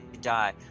die